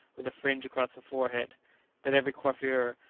with a fringe across the forehead but every coiffure,